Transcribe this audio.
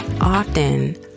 Often